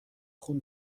خون